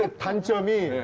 ah um to me